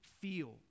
feel